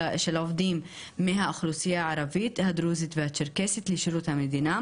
העובדים מהאוכלוסייה הערבית הדרוזית והצ'רקסית לשירות המדינה,